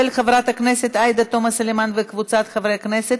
של חברת הכנסת עליזה לביא וקבוצת חברי הכנסת.